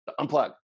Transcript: unplug